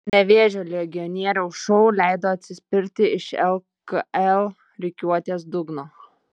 nevėžio legionieriaus šou leido atsispirti iš lkl rikiuotės dugno